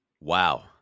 Wow